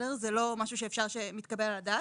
זה לא משהו שמתקבל על הדעת,